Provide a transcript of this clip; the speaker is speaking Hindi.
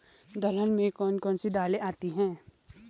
दलहन में कौन कौन सी दालें आती हैं?